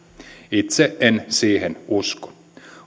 itse en siihen usko